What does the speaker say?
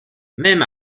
même